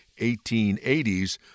1880s